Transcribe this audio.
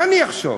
מה אני אחשוב?